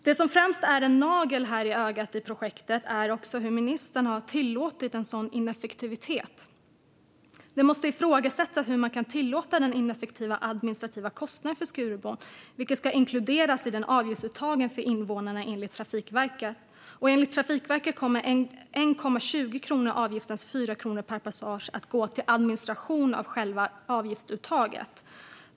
Det som främst är en nagel i ögat i projektet är hur ministern har tillåtit en sådan ineffektivitet. Det måste ifrågasättas hur man kan tillåta den ineffektiva administrativa kostnaden för Skurubron, vilket ska inkluderas i avgiftsuttagen för invånarna enligt Trafikverket. Enligt Trafikverket kommer 1,20 kronor av avgiftens 4 kronor per passage att gå till administration av själva avgiftsuttaget.